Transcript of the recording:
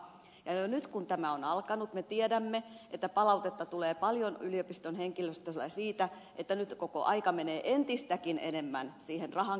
jo nyt kun tämä on alkanut me tiedämme että palautetta tulee paljon yliopiston henkilöstöltä siitä että nyt koko aika menee entistäkin enemmän rahankeruuseen